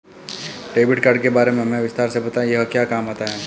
Debit card के बारे में हमें विस्तार से बताएं यह क्या काम आता है?